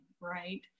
right